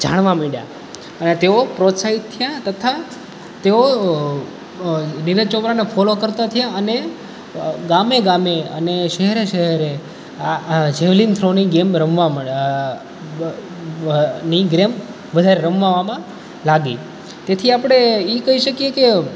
જાણવા માંડ્યા અને તેઓ પ્રોત્સાહિત થયા તથા તેઓ નીરજ ચોપરાને ફોલો કરતા થયા અને ગામે ગામે અને શહેરે શહેરે આ જેવલિન થ્રોની ગેમ રમવા ની ગેમ બધા રમવામાં લાગી તેથી આપણે એ કહી શકીએ કે